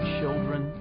children